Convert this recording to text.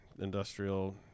industrial